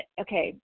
okay